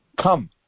Come